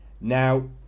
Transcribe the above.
now